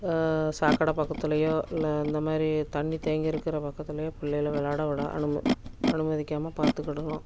சாக்கடை பக்கத்துலேயோ இல்லை அந்த மாதிரி தண்ணி தேங்கி இருக்கிற பக்கத்துலேயோ பிள்ளைகள விளாட விடா அனும அனுமதிக்காமல் பார்த்துக்கிடணும்